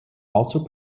also